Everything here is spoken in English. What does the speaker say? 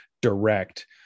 direct